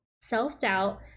self-doubt